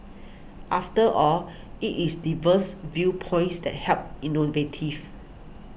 after all it is diverse viewpoints that help innovative